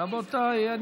בן ארי.